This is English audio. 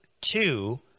two